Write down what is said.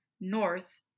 north